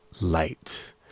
light